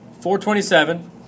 427